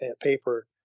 paper